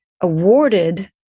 awarded